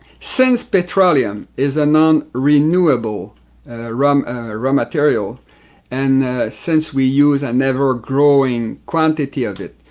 since petroleum is a non-renewable and ah raw um raw material and since we use an ever-growing quantity of it,